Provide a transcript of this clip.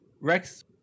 rex